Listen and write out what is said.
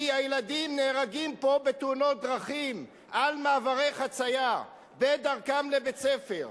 כי הילדים נהרגים פה בתאונות דרכים על מעברי חצייה בדרכם לבית-הספר,